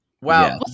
Wow